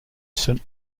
saint